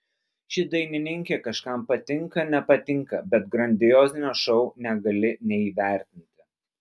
ši dainininkė kažkam patinka nepatinka bet grandiozinio šou negali neįvertinti